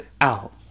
Out